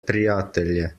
prijatelje